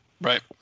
Right